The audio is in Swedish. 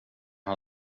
han